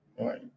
right